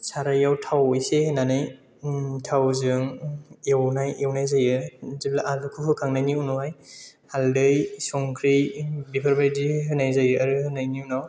सारायाव थाव एसे होनानै थावजों एवनाय एवनाय जायो जेब्ला आलुखौ होखांनायनि उनावहाय हालदै संख्रि बेफोरबायदि होनाय जायो आरो होनायनि उनाव